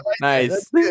nice